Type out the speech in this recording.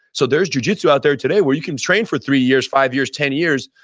so there's jujitsu out there today where you can train for three years, five years, ten years,